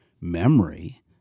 memory